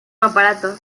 aparato